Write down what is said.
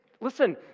Listen